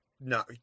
no